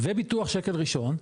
וביטוח שקל ראשון.